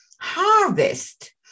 harvest